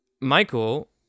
Michael